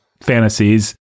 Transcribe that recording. fantasies